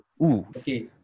okay